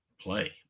play